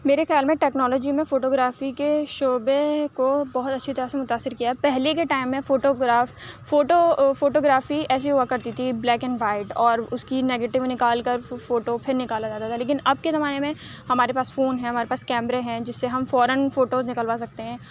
میرے خیال میں ٹکنالوجی نے فوٹو گرافی کے شعبے کو بہت اچھی طرح سے متأثر کیا پہلے کے ٹائم میں فوٹو گراف فوٹو فوٹو گرافی ایسی ہُوا کرتی تھی بلیک اینڈ وائڈ اور اُس کی نگیٹو نکال کر پھر فوٹو پھر نکالا جاتا تھا لیکن اب کے زمانے میں ہمارے پاس فون ہے ہمارے پاس کیمرے ہیں جس سے ہم فوراً فوٹوز نکلوا سکتے ہیں